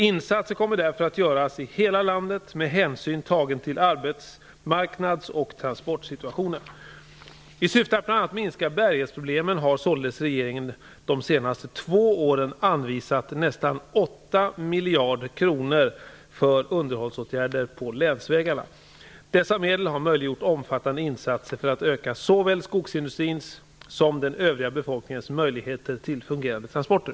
Insatser kommer därför att göras i hela landet med hänsyn tagen till arbetsmarknads och transportsituationen. I syfte att bl.a. minska bärighetsproblemen har således regeringen de senaste två åren anvisat nästan 8 miljarder kronor för underhållsåtgärder på länsvägarna. Dessa medel har möjliggjort omfattande insatser för att öka såväl skogsindustrins som den övriga befolkningens möjligheter till fungerande transporter.